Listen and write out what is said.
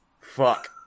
Fuck